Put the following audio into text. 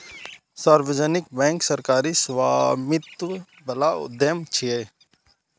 सार्वजनिक बैंक सरकारी स्वामित्व बला उद्यम छियै